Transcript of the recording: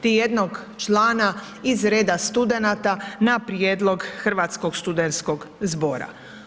Te jednog člana iz reda studenata, na prijedlog Hrvatskog studentskog zbora.